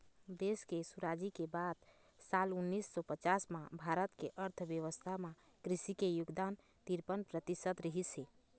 देश के सुराजी के बाद साल उन्नीस सौ पचास म भारत के अर्थबेवस्था म कृषि के योगदान तिरपन परतिसत रहिस हे